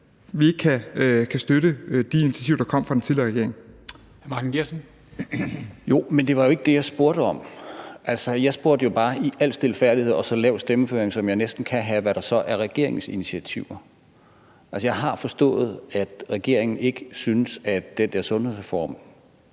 Kristensen): Hr. Martin Geertsen. Kl. 13:22 Martin Geertsen (V): Jo, men det var jo ikke det, jeg spurgte om. Jeg spurgte jo bare i al stilfærdighed og med så lav stemmeføring, som jeg næsten kan have, hvad der så er regeringens initiativer. Altså, jeg har forstået, at regeringen ikke syntes, at den der sundhedsreform